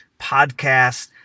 podcast